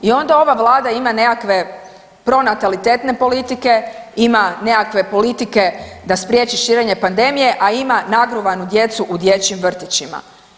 I onda ova Vlada ima nekakve pronatalitetne politike, ima nekakve politike da spriječi širenje pandemije, a ima nagruvanu djecu u dječjim vrtićima.